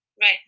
Right